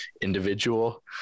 individual